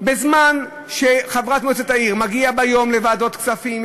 בזמן שחברת מועצת העיר מגיעה ביום לוועדות כספים,